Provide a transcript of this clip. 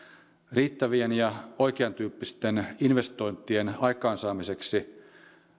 riittävien ja oikeantyyppisten investointien aikaansaamiseksi